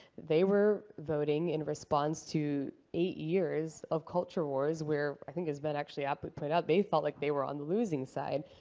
they were voting in response to eight years of culture wars, where i think as ben actually aptly pointed out, they felt like they were on the losing side.